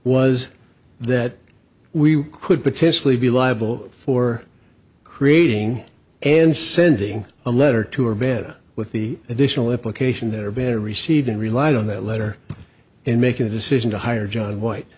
was that we could potentially be liable for creating and sending a letter to her bed with the additional implication that are better received and relied on that letter in making a decision to hire john white